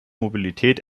mobilität